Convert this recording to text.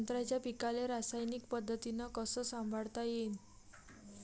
संत्र्याच्या पीकाले रासायनिक पद्धतीनं कस संभाळता येईन?